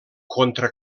contra